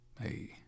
Hey